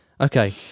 Okay